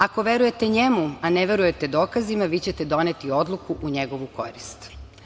Ako verujete njemu, a ne verujete dokazima, vi ćete doneti odluku u njegovu korist“